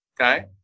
Okay